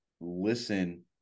listen